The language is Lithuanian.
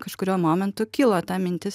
kažkuriuo momentu kilo ta mintis